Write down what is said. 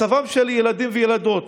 מצבם של ילדים וילדות,